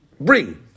Bring